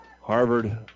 Harvard